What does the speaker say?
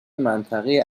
منطقه